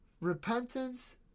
Repentance